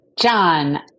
John